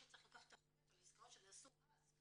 צריך לקחת אחריות על עסקאות שנעשו אז.